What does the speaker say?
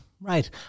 right